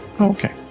Okay